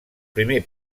primer